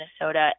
Minnesota